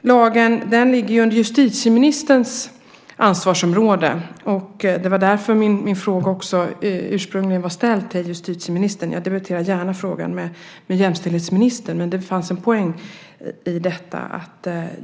lagen ligger under justitieministerns ansvarsområde, och därför var min fråga ursprungligen ställd till justitieministern. Jag debatterar gärna frågan med jämställdhetsministern, men det fanns en poäng med det.